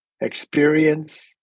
experience